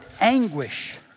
anguish